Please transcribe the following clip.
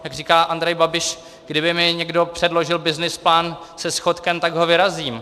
Jak říká Andrej Babiš, kdyby mi někdo předložil byznys plán se schodkem, tak ho vyrazím.